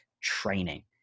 training